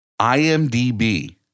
imdb